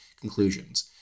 conclusions